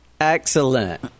Excellent